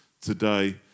today